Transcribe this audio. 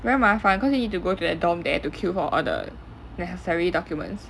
very 麻烦 cause you need to go to the dorm there to queue for all the necessary documents